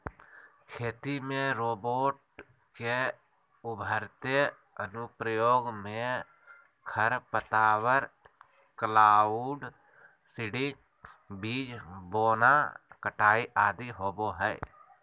खेती में रोबोट के उभरते अनुप्रयोग मे खरपतवार, क्लाउड सीडिंग, बीज बोना, कटाई आदि होवई हई